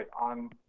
on